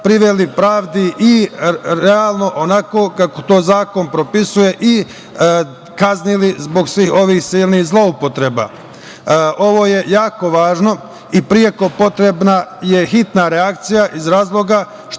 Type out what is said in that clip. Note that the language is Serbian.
priveli pravdi i realno onako kako to zakon propisuje kaznili zbog svih ovih silnih zloupotreba? Ovo je jako važno i preko potrebna je hitna reakcija iz razloga